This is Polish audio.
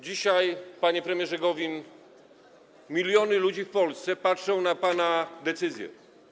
Dzisiaj, panie premierze Gowin, miliony ludzi w Polsce patrzą na pana decyzje.